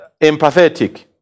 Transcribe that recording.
empathetic